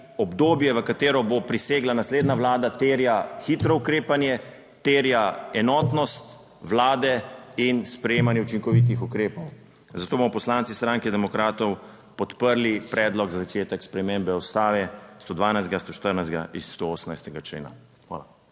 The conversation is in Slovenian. v katero bo prisegla naslednja vlada, terja hitro ukrepanje, terja enotnost vlade in sprejemanje učinkovitih ukrepov. Zato bomo poslanci Socialnih demokratov podprli predlog za začetek spremembe Ustave 112., 114. in 117. člena. Hvala.